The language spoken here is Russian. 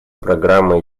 программы